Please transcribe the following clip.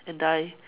and die